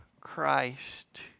Christ